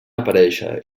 aparèixer